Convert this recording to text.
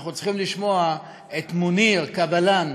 אנחנו צריכים לשמוע את מוניר קבלאן,